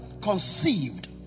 conceived